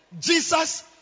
Jesus